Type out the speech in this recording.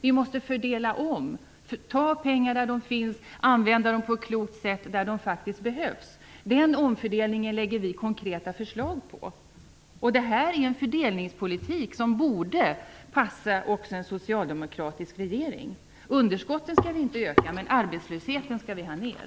Vi måste fördela om; ta pengar där de finns och använda dem på ett klokt sätt där de faktiskt behövs. Den omfördelningen lägger vi fram konkreta förslag om. Det här är en fördelningspolitik som också borde passa en socialdemokratisk regering. Underskottet skall vi inte öka, men arbetslösheten skall vi ha ned.